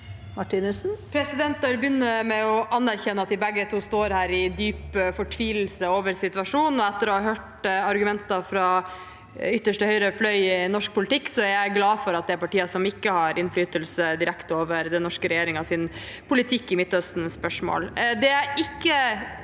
Jeg vil be- gynne med å anerkjenne at vi begge to står her i dyp fortvilelse over situasjonen, og etter å ha hørt argumentene fra ytterste høyre fløy i norsk politikk er jeg glad for at det er partier som ikke har direkte innflytelse over den norske regjeringens politikk i Midtøstenspørsmål.